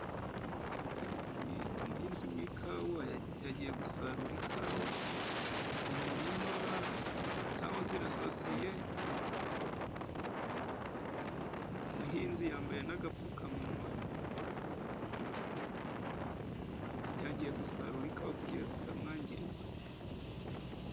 Umuhinzi w'ikawa yagiye gusarura ikawa mu murima. Ikawa zirasasiye, umuhinzi yambaye n'agapfukamunywa, yagiye gusarura ikawa kugirango zitamwangiriza.